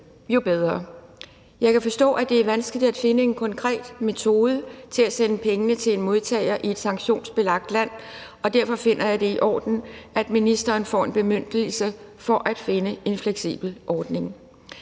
jo bedre. Jeg kan forstå, at det er vanskeligt at finde en konkret metode til at sende pengene til en modtager i et sanktionsbelagt land, og derfor finder jeg, det er i orden, at ministeren får en bemyndigelse til at finde en fleksibel ordning.